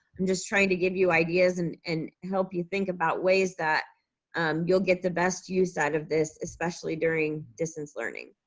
i'm just trying to give you ideas and and help you think about ways that you'll get the best use out of this, especially during distance learning.